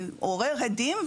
שעורר הדים.